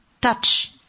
touch